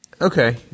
okay